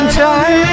time